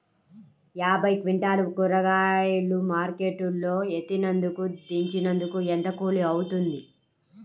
యాభై క్వింటాలు కూరగాయలు మార్కెట్ లో ఎత్తినందుకు, దించినందుకు ఏంత కూలి అవుతుంది?